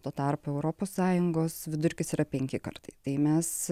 tuo tarpu europos sąjungos vidurkis yra penki kartai tai mes